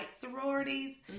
sororities